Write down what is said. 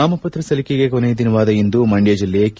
ನಾಮಪತ್ರ ಸಲ್ಲಿಕೆಗೆ ಕೊನೆಯ ದಿನವಾದ ಇಂದು ಮಂಡ್ಯ ಜಿಲ್ಲೆ ಕೆ